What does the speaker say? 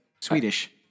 Swedish